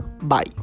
bye